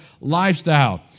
lifestyle